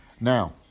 Now